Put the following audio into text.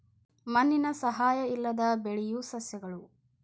ಮಣ್ಣಿನ ಸಹಾಯಾ ಇಲ್ಲದ ಬೆಳಿಯು ಸಸ್ಯಗಳು